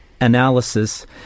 analysis